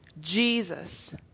Jesus